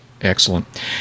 Excellent